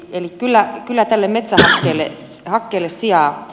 eli kyllä tälle metsähakkeelle sijaa on